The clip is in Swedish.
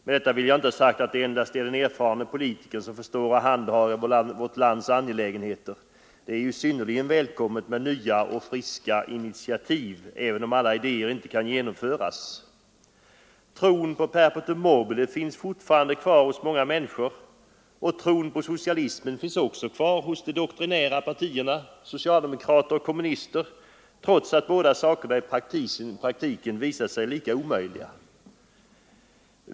Med detta vill jag inte ha sagt att det endast är den erfarne politikern som förstår att handha vårt lands angelägenheter; det är synnerligen välkommet med nya och friska initiativ, även om alla idéer inte kan genomföras. Tron på perpetuum mobile finns kvar hos många människor, och tron på socialismen finns också kvar hos de doktrinära partierna, socialdemokrater och kommunister, trots att båda sakerna i praktiken visat sig lika omöjliga.